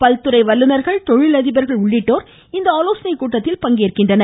பல்துறை வல்லுனா்கள் தொழிலதிபா்கள் உள்ளிட்டோா் இந்த ஆலோசனைக் கூட்டத்தில் பங்கேற்கின்றனர்